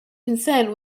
consent